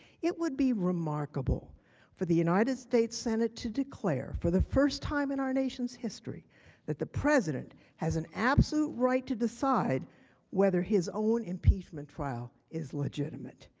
it would be remarkable for the united states senate to declare for the first time in our nation's history that the president has a absolute right to decide whether his own impeachment trial is legitimate.